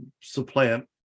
supplant